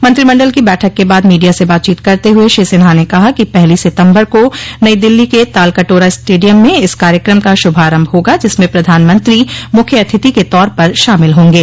मंत्रिमंडल की बैठक के बाद मीडिया से बातचीत करते हुए श्री सिन्हा ने कहा कि पहली सितम्बर को नई दिल्ली के तालकटोरा स्टेडियम में इस कार्यक्रम का शुभारंभ होगा जिसमें प्रधानमंत्री मुख्य अतिथि के तौर पर शामिल होंगे